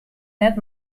net